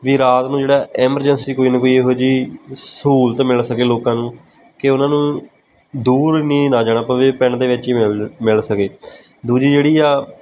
ਵੀ ਰਾਤ ਨੂੰ ਜਿਹੜਾ ਐਮਰਜੈਂਸੀ ਕੋਈ ਨਾ ਕੋਈ ਇਹੋ ਜਿਹੀ ਸਹੂਲਤ ਮਿਲ ਸਕੇ ਲੋਕਾਂ ਨੂੰ ਕਿ ਉਹਨਾਂ ਨੂੰ ਦੂਰ ਨਹੀਂ ਨਾ ਜਾਣਾ ਪਵੇ ਪਿੰਡ ਦੇ ਵਿੱਚ ਹੀ ਮਿਲ ਮਿਲ ਸਕੇ ਦੂਜੀ ਜਿਹੜੀ ਆ